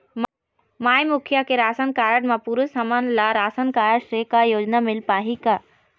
माई मुखिया के ration card म पुरुष हमन ला रासनकारड से का योजना मिल पाही का?